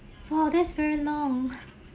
!wow! that's very long